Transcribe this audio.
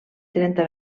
trenta